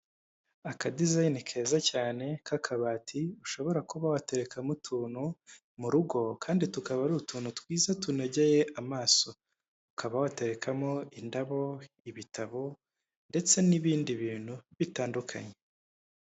Akadizayini keza cyane k'akabati, ushobora kuba waterekamo utuntu mu rugo, kandi tukaba ari utuntu twiza tunogeye amaso, ukaba waterekamo indabo, ibitabo ndetse n'ibindi bintu bitandukanye.